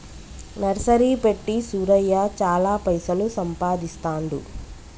nursery పెట్టి సూరయ్య చాల పైసలు సంపాదిస్తాండు